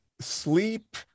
sleep